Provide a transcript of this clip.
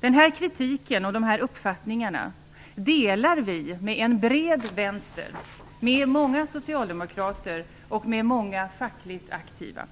Denna kritik och dessa uppfattningar delar vi med en bred vänster, med många socialdemokrater och med många fackligt aktiva.